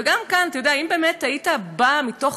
גם כאן, אתה יודע, אם באמת היית בא מתוך